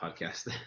podcast